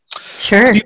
sure